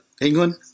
England